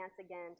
again